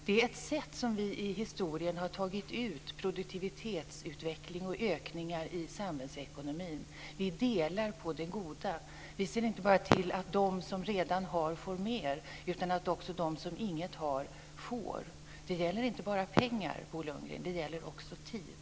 Det är ett sätt på vilket vi i historien har tagit ut produktivitetsutveckling och ökningar i samhällsekonomin. Vi delar på det goda. Vi ser inte bara till att de som redan har får mer utan också att de får som inget har. Det gäller inte bara pengar, Bo Lundgren, utan också tid.